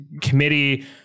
committee